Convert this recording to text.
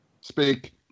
speak